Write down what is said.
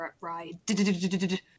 ride